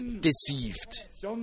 deceived